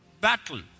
battle